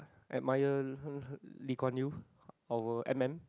admire Lee Kuan Yew or M_M